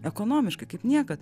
ekonomiškai kaip niekad